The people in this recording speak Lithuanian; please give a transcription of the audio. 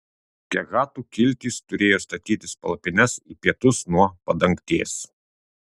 kehatų kiltys turėjo statytis palapines į pietus nuo padangtės